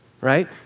right